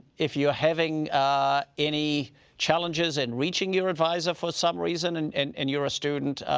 if you're having any challenges in reaching your advisor for some reason and and and you're a student,